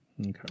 Okay